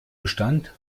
bestand